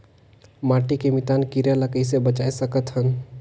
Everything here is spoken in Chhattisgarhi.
माटी के मितान कीरा ल कइसे बचाय सकत हन?